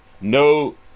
no